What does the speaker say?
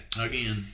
Again